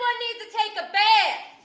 one needs to take a bath.